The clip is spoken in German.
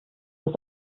das